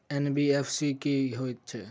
NBFC की हएत छै?